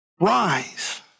Rise